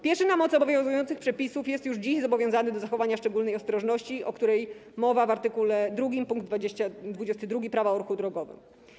Pieszy na mocy obowiązujących przepisów jest już dziś zobowiązany do zachowania szczególnej ostrożności, o której mowa w art. 2 pkt 22 Prawa o ruchu drogowym.